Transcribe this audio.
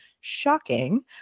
Shocking